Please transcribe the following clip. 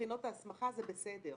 לבחינות ההסמכה, זה בסדר.